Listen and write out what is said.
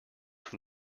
from